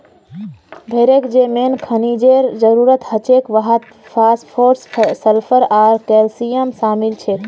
भेड़क जे मेन खनिजेर जरूरत हछेक वहात फास्फोरस सल्फर आर कैल्शियम शामिल छेक